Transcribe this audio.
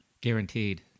Guaranteed